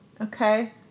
Okay